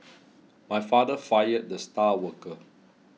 my father fired the star worker